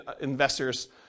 investors